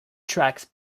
tracks